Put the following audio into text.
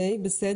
תודה